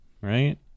right